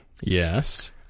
Yes